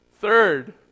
Third